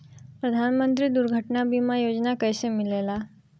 प्रधानमंत्री दुर्घटना बीमा योजना कैसे मिलेला?